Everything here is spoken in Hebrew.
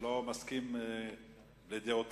לא מסכים לדעותיו.